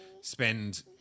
spend